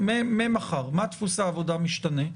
ממחר, איך דפוס העבודה משתנה?